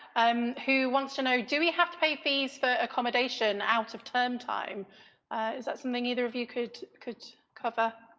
um, who wants to know do we have to pay fees for accommodation out of term time is that something either of you could could cover?